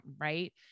right